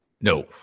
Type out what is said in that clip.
No